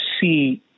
see